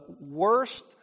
worst